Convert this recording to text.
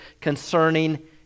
concerning